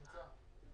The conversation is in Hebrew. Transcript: נמצא.